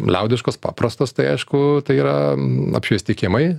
liaudiškos paprastos tai aišku tai yra apšviesti kiemai